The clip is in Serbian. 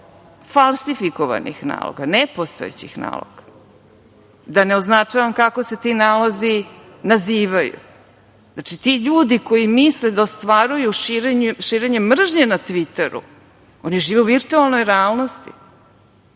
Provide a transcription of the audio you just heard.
falsifikovanih, nepostojećih naloga. Da ne označavam kako se ti nalozi nazivaju. Znači, ti ljudi koji misle da ostvaruju širenje mržnje na tviteru žive u virtuelnoj realnosti